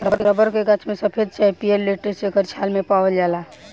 rubber के गाछ में सफ़ेद चाहे पियर लेटेक्स एकर छाल मे पावाल जाला